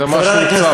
זה מה שהוקצב לי.